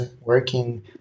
working